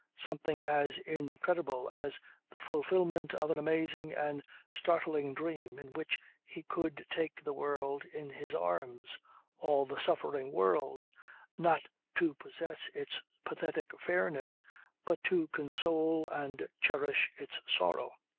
something as incredible as the fulfilment of an amazing and startling dream in which he could take the world in his arms all the suffering world not to possess its pathetic fairness but to console and cherish its sorrow.